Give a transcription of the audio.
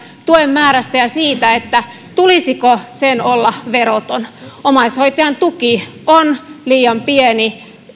tuen määrää ja sitä tulisiko sen olla veroton omaishoitajan tuki on liian pieni